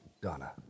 Donna